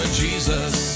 jesus